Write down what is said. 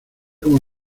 como